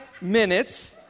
minutes